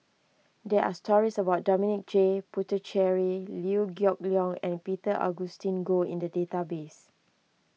there are stories about Dominic J Puthucheary Liew Geok Leong and Peter Augustine Goh in the database